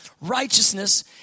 righteousness